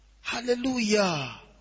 Hallelujah